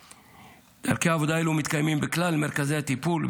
דרכי עבודה אלו מתקיימים בכלל מרכזי הטיפול,